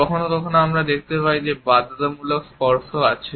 কখনও কখনও আমরা দেখতে পাই যে একটি বাধ্যতামূলক স্পর্শ আছে